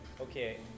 okay